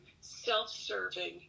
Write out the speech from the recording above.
self-serving